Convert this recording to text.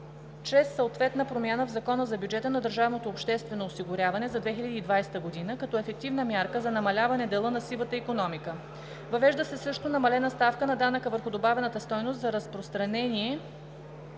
чрез съответна промяна в Закона за бюджета на държавното обществено осигуряване за 2020 г., като ефективна мярка за намаляване дела на сивата икономика. Въвежда се също намалена ставка на данъка върху добавената стойност за разпространение